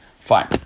Fine